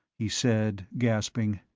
he said, gasping,